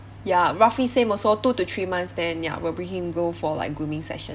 ya roughly same also two to three months then ya will bring him go for like grooming session